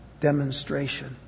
demonstration